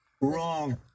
Wrong